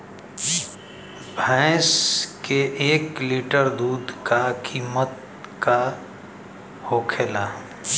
भैंस के एक लीटर दूध का कीमत का होखेला?